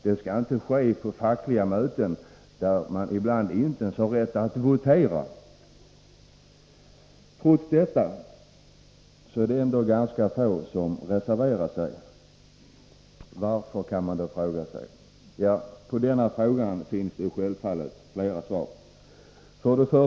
Det skall inte bestämmas på fackliga möten, där man ibland inte ens har rätt att votera. Trots detta är det ganska få som reserverar sig. Varför? kan man då fråga sig. På den frågan finns det självfallet flera svar.